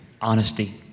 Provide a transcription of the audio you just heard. Honesty